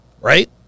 Right